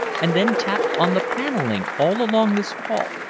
and then tapped on the paneling all along this wall,